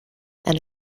and